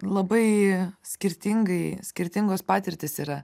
labai skirtingai skirtingos patirtys yra